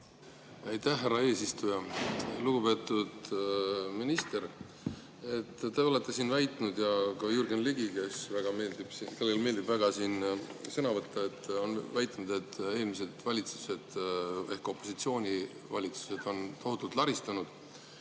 Aitäh, härra eesistuja! Lugupeetud minister! Te olete siin väitnud ja ka Jürgen Ligi, kellele meeldib väga siin sõna võtta, on väitnud, et eelmised valitsused ehk opositsiooni valitsused on tohutult laristanud.